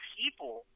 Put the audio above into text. people